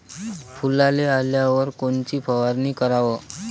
फुलाले आल्यावर कोनची फवारनी कराव?